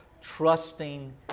trusting